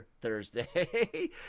Thursday